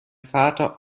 vater